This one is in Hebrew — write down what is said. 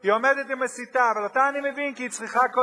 ב"גלי צה"ל"